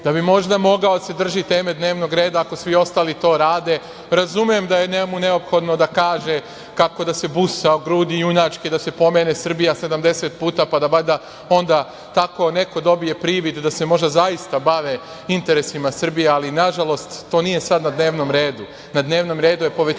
da bi možda mogao da se drži teme dnevnog reda, ako svi ostali to rade. Razumem da je njemu neophodno da kaže kako da se busa u grudi junačke, da se pomene Srbija 70 puta, pa da valjda onda tako neko dobije privid da se možda zaista bave interesima Srbije, ali nažalost to nije sada na dnevnom redu. Na dnevnom redu je povećanje